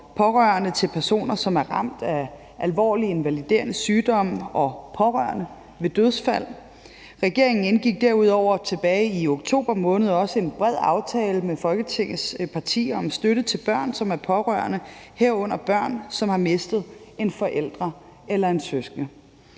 pårørende til personer, som er ramt af alvorlig, invaliderende sygdom, og pårørende ved dødsfald. Regeringen indgik derudover tilbage i oktober måned en bred aftale med Folketingets partier om støtte til børn, som er pårørende, herunder børn, som har mistet en forældre eller en søskende.